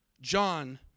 John